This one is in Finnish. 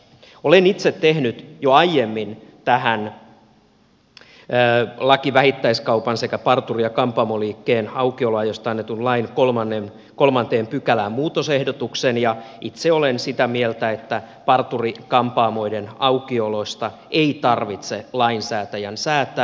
olen itse tehnyt jo aiemmin muutosehdotuksen tähän vähittäiskaupan sekä parturi ja kampaamoliikkeen aukioloajoista annettuun lakiin ja itse olen sitä mieltä että parturi kampaamoiden aukiolosta ei tarvitse lainsäätäjän säätää